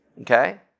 Okay